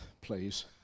please